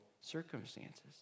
circumstances